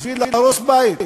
בשביל להרוס בית.